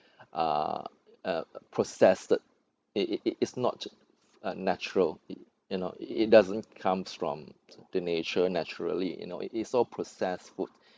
are uh processed it it it it's not uh natural it you know it doesn't comes from the nature naturally you know it it's so processed food